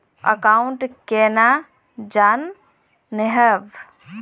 Account केना जाननेहव?